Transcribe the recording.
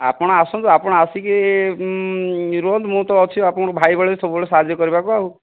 ଆପଣ ଆସନ୍ତୁ ଆପଣ ଆସିକି ରୁହନ୍ତୁ ମୁଁ ତ ଅଛି ଆପଣଙ୍କୁ ଭାଇ ଭଳି ସବୁବେଳେ ସାହାଯ୍ୟ କରିବାକୁ ଆଉ